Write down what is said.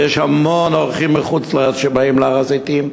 ויש המון אורחים מחוץ-לארץ שבאים להר-הזיתים,